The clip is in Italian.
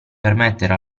permettere